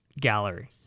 gallery